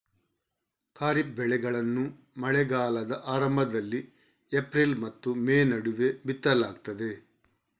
ಖಾರಿಫ್ ಬೆಳೆಗಳನ್ನು ಮಳೆಗಾಲದ ಆರಂಭದಲ್ಲಿ ಏಪ್ರಿಲ್ ಮತ್ತು ಮೇ ನಡುವೆ ಬಿತ್ತಲಾಗ್ತದೆ